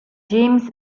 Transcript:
james